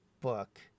book